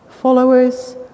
followers